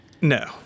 No